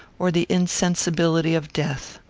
or the insensibility of death.